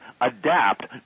adapt